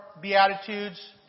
Beatitudes